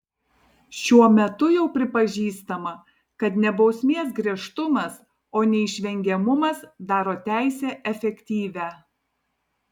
šiuo metu jau pripažįstama kad ne bausmės griežtumas o neišvengiamumas daro teisę efektyvią